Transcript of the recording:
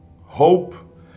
hope